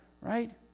right